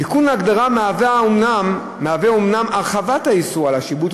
תיקון ההגדרה הוא אומנם הרחבת איסור השיבוט,